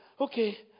okay